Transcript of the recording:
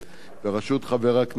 בראשות חבר הכנסת כץ,